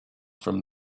from